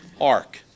ark